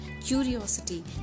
curiosity